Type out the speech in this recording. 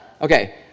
Okay